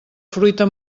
fruita